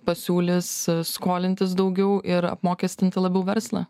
pasiūlys skolintis daugiau ir apmokestinti labiau verslą